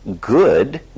good